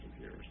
years